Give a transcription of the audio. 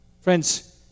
Friends